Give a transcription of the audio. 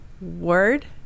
word